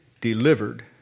delivered